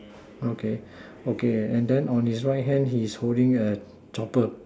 okay okay and then on his right hand he's holding a chopper